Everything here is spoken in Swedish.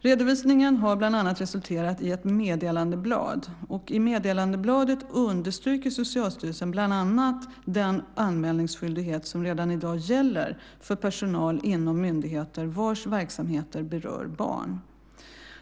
Redovisningen har bland annat resulterat i ett meddelandeblad. I meddelandebladet understryker Socialstyrelsen bland annat den anmälningsskyldighet som redan i dag gäller för personal inom myndigheter vars verksamheter berör barn.